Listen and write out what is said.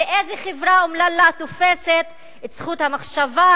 ואיזו חברה אומללה תופסת את זכות המחשבה,